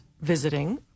visiting